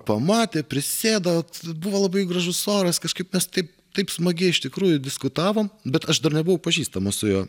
pamatė prisėdo buvo labai gražus oras kažkaip mes taip taip smagiai iš tikrųjų diskutavom bet aš dar nebuvau pažįstamas su juo